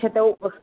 अच्छा त उहो